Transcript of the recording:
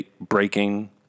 breaking